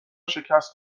شکست